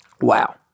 Wow